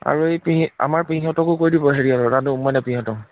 আৰু এই পেহী আমাৰ পেহীহঁতকো কৈ দিব হেৰিঅৰ ৰাণু মইনা পেহীহঁতক